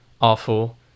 awful